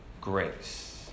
grace